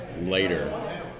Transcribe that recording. later